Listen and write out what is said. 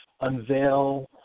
unveil